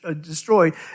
destroyed